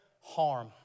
harm